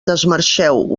desmarxeu